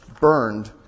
burned